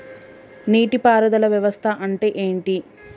నీటి పారుదల వ్యవస్థ అంటే ఏంటి?